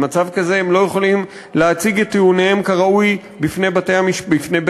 במצב כזה הם לא יכולים להציג את טיעוניהם כראוי בפני בית-המשפט.